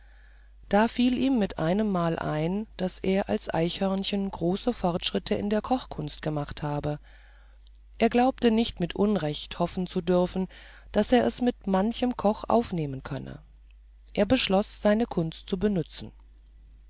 da fiel ihm mit einemmal bei daß er als eichhörnchen große fortschritte in der kochkunst gemacht habe er glaubte nicht mit unrecht hoffen zu dürfen daß er es mit manchem koch aufnehmen könne er beschloß seine kunst zu benützen